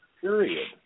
period